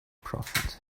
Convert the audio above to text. prophet